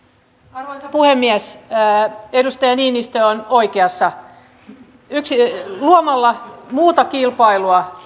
arvoisa puhemies edustaja niinistö on oikeassa luomalla muuta kilpailua